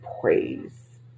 praise